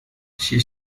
she